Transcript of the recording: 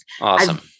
Awesome